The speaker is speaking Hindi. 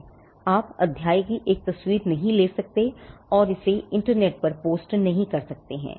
आप अध्याय की एक तस्वीर नहीं ले सकते हैं और इसे इंटरनेट पर पोस्ट नहीं कर सकते हैं